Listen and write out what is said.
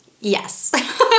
Yes